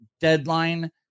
deadline